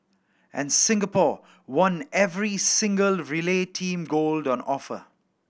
and Singapore won every single relay team gold on offer